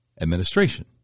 administration